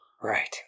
right